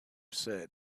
said